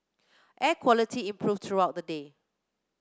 air quality improved throughout the day